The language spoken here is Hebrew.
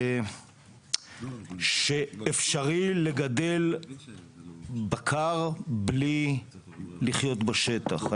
שאפשר לגדל בקר בלי לחיות בשטח.